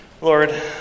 Lord